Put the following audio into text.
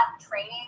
training